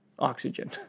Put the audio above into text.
Oxygen